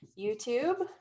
YouTube